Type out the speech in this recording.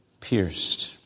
pierced